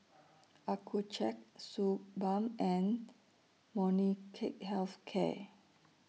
Accucheck Suu Balm and Molnylcke Health Care